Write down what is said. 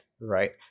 right